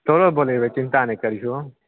तोहरो बोलैबै चिन्ता नहि करिहो